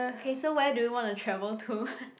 K so where do you want to travel to